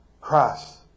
Christ